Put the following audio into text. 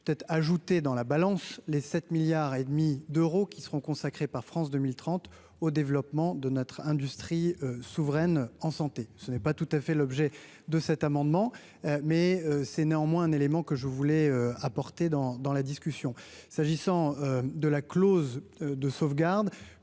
peut ajouté dans la balance, les 7 milliards et demi d'euros qui seront consacrés par France 2030, au développement de notre industrie souveraine en santé, ce n'est pas tout à fait l'objet de cet amendement, mais c'est néanmoins un élément que je voulais apporter dans dans la discussion, s'agissant de la clause de sauvegarde